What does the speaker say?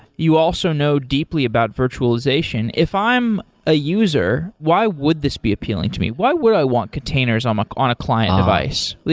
you also know deeply about virtualization. if i'm a user, why would this be appealing to me? why would i want containers um ah on a client device?